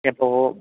എപ്പോൾ